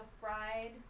fried